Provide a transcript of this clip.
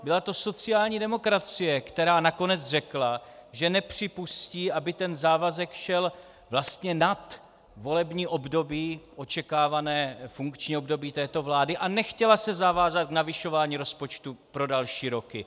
Byla to sociální demokracie, která nakonec řekla, že nepřipustí, aby ten závazek šel vlastně nad volební období, očekávané funkční období této vlády, a nechtěla se zavázat k navyšování rozpočtu pro další roky.